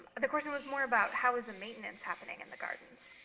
and the question was more about how is the maintenance happening in the gardens?